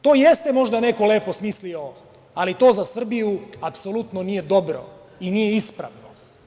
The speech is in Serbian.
To jeste možda neko lepo smislio, ali to za Srbiju apsolutno nije dobro i nije ispravno.